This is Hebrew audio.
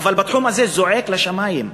אבל בתחום הזה האפליה זועקת לשמים.